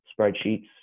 spreadsheets